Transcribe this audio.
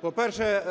По-перше,